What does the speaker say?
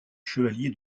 chevalier